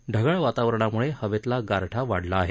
ढगाळ वातावरणामुळे हवेतला गारठा वाढला आहे